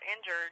injured